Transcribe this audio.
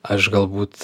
aš galbūt